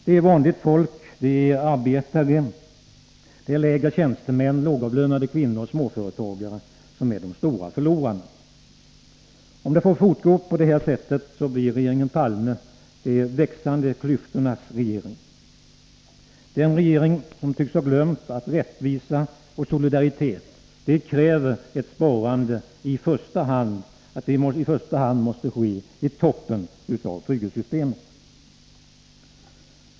Det är vanligt folk — arbetare, lägre tjänstemän, lågavlönade kvinnor och småföretagare — som är de stora förlorarna. Får det fortgå på det sättet blir regeringen Palme de växande klyftornas regering. Det är en regering som tycks ha glömt att rättvisa och solidaritet kräver att ett sparande i första hand måste ske i toppen av trygghetssystemet.